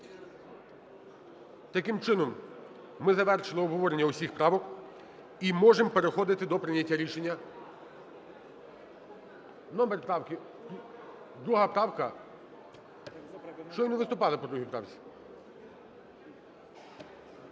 Таким чином, ми завершили обговорення всіх правок і можемо переходити до прийняття рішення… Номер правки? Друга правка? Щойно виступали по 2 правці.